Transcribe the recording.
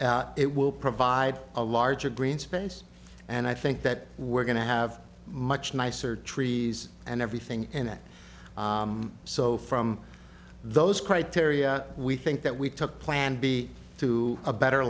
it will provide a larger green space and i think that we're going to have much nicer trees and everything in it so from those criteria we think that we took plan b to a better